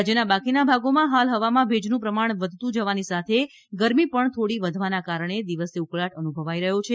રાજ્યના બાકીના ભાગોમાં હાલ હવામાં ભેજનું પ્રમાણ વધતું જવાની સાથે ગરમી પણ થોડી વધવાના કારણે દિવસે ઉકળાટ અનુભવાઇ રહ્યો છે